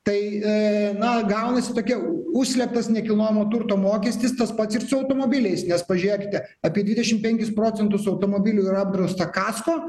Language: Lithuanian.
tai na gaunasi tokia užslėptas nekilnojamo turto mokestis tas pats ir su automobiliais nes pažėkite apie dvidešim penkis procentus automobilių yra apdrausta kasko